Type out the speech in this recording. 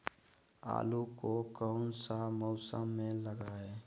आलू को कौन सा मौसम में लगाए?